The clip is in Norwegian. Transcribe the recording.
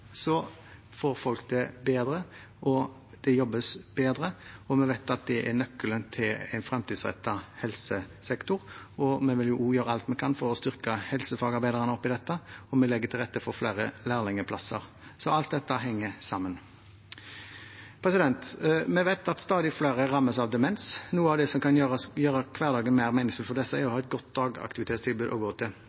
får folk det bedre, og det jobbes bedre, og vi vet at det er nøkkelen til en fremtidsrettet helsesektor. Vi vil også gjøre alt vi kan for å styrke helsefagarbeiderne oppi dette, og vi legger til rette for flere lærlingplasser. Alt dette henger sammen. Vi vet at stadig flere rammes av demens. Noe av det som kan gjøre hverdagen mer meningsfull for disse, er å ha et godt dagaktivitetstilbud å gå til.